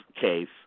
case